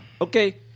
Okay